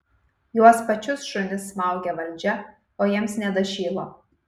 juos pačius šunis smaugia valdžia o jiems nedašyla